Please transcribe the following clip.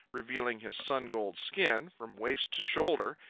revealing his sun-gold skin, from waist to shoulder,